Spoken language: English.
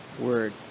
word